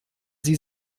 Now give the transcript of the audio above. sie